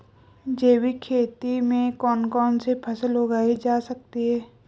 जैविक खेती में कौन कौन सी फसल उगाई जा सकती है?